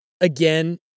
again